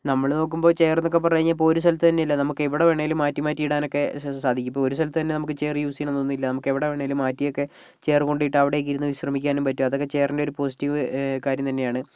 നമ്മൾ നോക്കുമ്പോൾ ചെയറെന്നൊക്കെ പറഞ്ഞ് കഴിഞ്ഞാൽ ഇപ്പോൾ ഒരു സ്ഥലത്ത് തന്നെയല്ല നമുക്ക് എവിടെ വേണമെങ്കിലും മാറ്റി മാറ്റി ഇടാനൊക്കെ സാ സാധിക്കും ഇപ്പോൾ ഒരു സ്ഥലത്ത് തന്നെ നമുക്ക് ചെയർ യൂസ് ചെയ്യണമെന്നൊന്നും ഇല്ല നമുക്ക് എവിടെ വേണമെങ്കിലും മാറ്റിയൊക്കെ ചെയർ കൊണ്ടു പോയിട്ട് അവിടെയൊക്കെയിരുന്ന് വിശ്രമിക്കാനും പറ്റും അതൊക്കെ ചെയറിൻ്റെ ഒരു പോസിറ്റീവ് കാര്യം തന്നെയാണ്